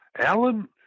Alan